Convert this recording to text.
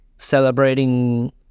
celebrating